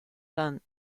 son